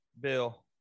Bill